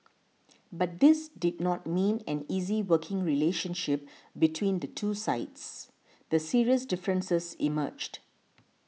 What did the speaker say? but this did not mean an easy working relationship between the two sides the serious differences emerged